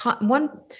one